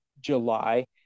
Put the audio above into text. July